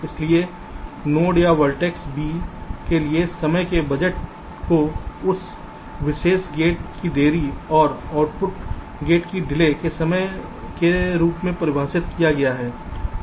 इसलिए नोड या vertex v के लिए समय के बजट को उस विशेष गेट की देरी और आउटपुट नेट की डिले के रूप में परिभाषित किया गया है